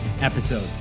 episode